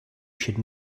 should